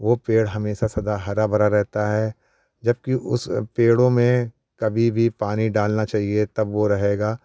वह पेड़ हमेशा सदा हरा भरा रहता है जबकि उस पेड़ों में कभी भी पानी डालना चाहिए तब वह रहेगा